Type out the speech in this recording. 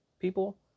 people